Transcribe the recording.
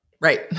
right